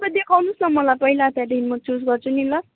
तपाईँ देखाउनुहोस् न पहिला त्यहाँदेखि म चुज गर्छु नि ल